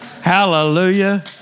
Hallelujah